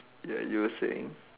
ya you were saying